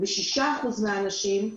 ו-6% מהאנשים,